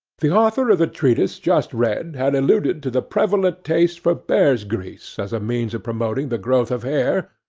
the author of the treatise just read had alluded to the prevalent taste for bears'-grease as a means of promoting the growth of hair,